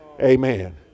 Amen